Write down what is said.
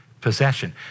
possession